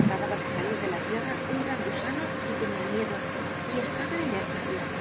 acababa de salir dé la tierra un gran gusano y tenian miedo y estaban en estasis